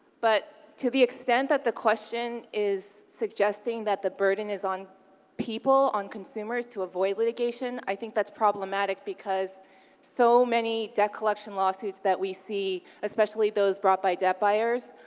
but to the extent that the question is suggesting that the burden is on people, on consumers, to avoid litigation, i think that's problematic because so many debt collection lawsuits that we see, especially those brought by debt buyers,